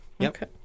Okay